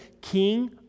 king